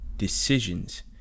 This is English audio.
Decisions